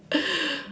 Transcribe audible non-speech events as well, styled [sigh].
[noise]